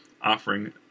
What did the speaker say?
offering